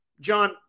John